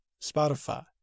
Spotify